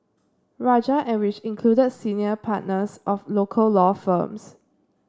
rajah and which included senior partners of local law firms